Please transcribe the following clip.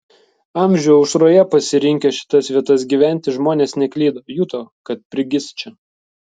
amžių aušroje pasirinkę šitas vietas gyventi žmonės neklydo juto kad prigis čia